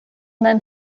then